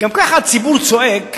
גם כך הציבור צועק: